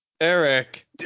Eric